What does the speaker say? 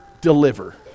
deliver